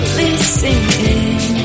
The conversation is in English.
listening